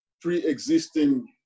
pre-existing